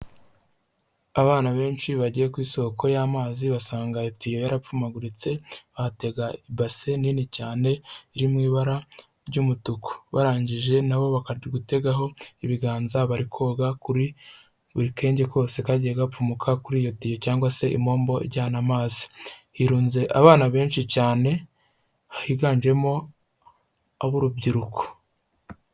Abana benshi bagiye ku isoko y'amazi, basanga itiyo yarapfumaguritse bahatega ibase nini cyane, iri mu ibara ry'umutuku. Barangije na bo bakajya gutegaho ibiganza bari koga kuri buri kenge kose kagiye gapfumuka kuri iyo tiyo cyangwa se impombo ijyana amazi. Hirunze abana benshi cyane higanjemo ab'urubyiruko.